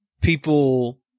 People